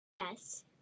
Yes